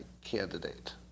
candidate